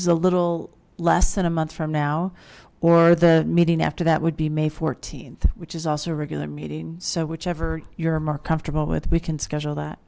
is a little less than a month from now or the meeting after that would be may th which is also a regular meeting so whichever you're more comfortable with we can schedule that